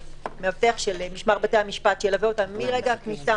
מאבטח של משמר בתי המשפט שילווה אותם מרגע הכניסה